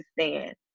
understand